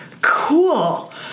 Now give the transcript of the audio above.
cool